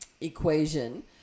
equation